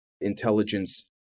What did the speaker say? intelligence